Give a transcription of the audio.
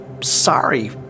sorry